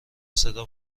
صدا